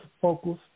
focus